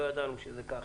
לא ידענו שזה ככה.